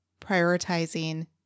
prioritizing